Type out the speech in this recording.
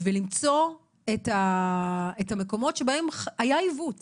ולמצוא את המקומות שבהם עיוות